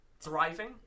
thriving